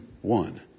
one